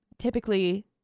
typically